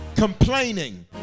Complaining